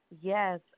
Yes